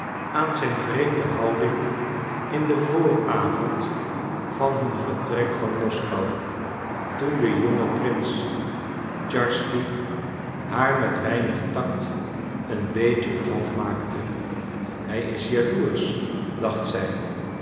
aan zijn vreemde houding in den vooravond van hun vertrek van moskou toen de jonge prins tscharsky haar met weinig tact een beetje het hof maakte hij is jaloersch dacht zij